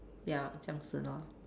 ya 这样子 lor